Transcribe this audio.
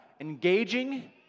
engaging